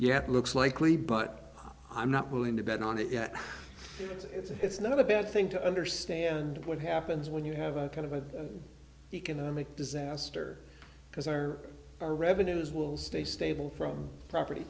yet looks likely but i'm not willing to bet on it yet it's not a bad thing to understand what happens when you have a kind of an economic disaster because our our revenues will stay stable from property